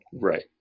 Right